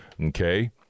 Okay